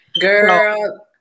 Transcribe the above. Girl